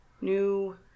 New